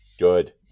good